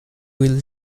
will